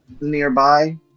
nearby